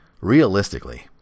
Realistically